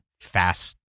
Fast